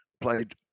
played